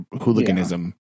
hooliganism